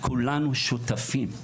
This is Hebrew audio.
כולנו שותפים.